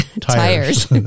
Tires